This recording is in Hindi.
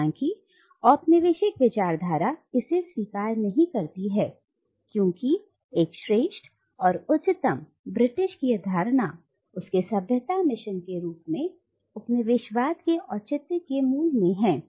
हालांकि औपनिवेशिक विचारधारा इसे स्वीकार नहीं करती है क्योंकि एक श्रेष्ठ और उच्चतम ब्रिटिश की धारणा उसके सभ्यता मिशन के रूप में उपनिवेशवाद के औचित्य के मूल में है